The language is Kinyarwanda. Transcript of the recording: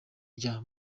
rya